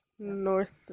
North